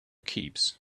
keeps